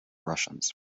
russians